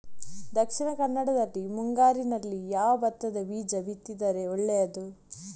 ದಕ್ಷಿಣ ಕನ್ನಡದಲ್ಲಿ ಮುಂಗಾರಿನಲ್ಲಿ ಯಾವ ಭತ್ತದ ಬೀಜ ಬಿತ್ತಿದರೆ ಒಳ್ಳೆಯದು?